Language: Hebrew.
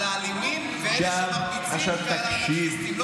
האלימים ואלה שמרביצים ועל האנרכיסטים.